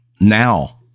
now